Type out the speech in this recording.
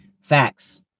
Facts